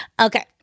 Okay